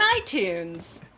iTunes